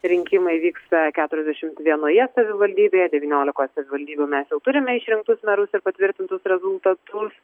rinkimai vyksta keturiasdešim vienoje savivaldybėje devyniolikos savivaldybių mes jau turime išrinktus merus ir patvirtintus rezultatus